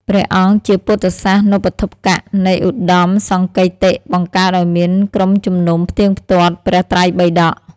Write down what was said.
ព្រះអង្គ ជាពុទ្ធសាសនូបត្ថម្ភកៈនៃឧត្តមសង្គីតិ បង្កើតឱ្យមានក្រុមជំនុំផ្ទៀងផ្ទាត់ព្រះត្រៃបិដក ។